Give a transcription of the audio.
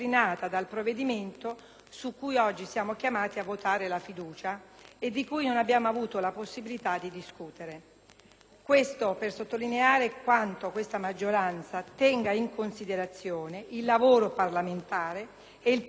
sul quale oggi siamo chiamati a votare la fiducia e di cui non abbiamo avuto la possibilità di discutere. Questo per sottolineare quanto questa maggioranza tenga in considerazione il lavoro parlamentare e il parere delle Commissioni.